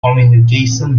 communication